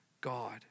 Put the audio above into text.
God